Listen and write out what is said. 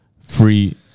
Free